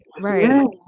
Right